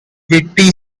yvette